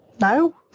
no